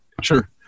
Sure